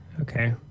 okay